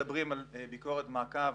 אנחנו מדברים על ביקורת מעקב,